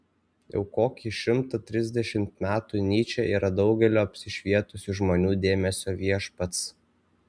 jau kokį šimtą trisdešimt metų nyčė yra daugelio apsišvietusių žmonių dėmesio viešpats